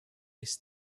his